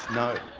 no.